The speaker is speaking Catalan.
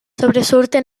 sobresurten